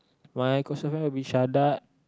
my closest friend would be Shadad